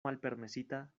malpermesita